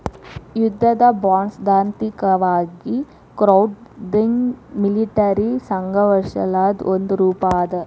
ಯುದ್ಧದ ಬಾಂಡ್ಸೈದ್ಧಾಂತಿಕವಾಗಿ crowdfunding military ಸಂಘರ್ಷಗಳದ್ ಒಂದ ರೂಪಾ ಅದ